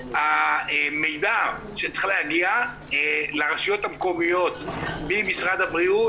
המידע שצריך להגיע לרשויות המקומיות ממשרד הבריאות